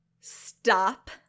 stop